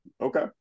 Okay